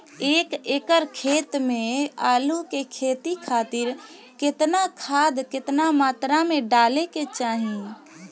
एक एकड़ खेत मे आलू के खेती खातिर केतना खाद केतना मात्रा मे डाले के चाही?